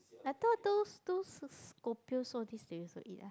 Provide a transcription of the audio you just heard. I thought those those Scorpios all this they also eat ah